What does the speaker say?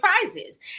prizes